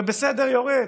ובסדר יורד,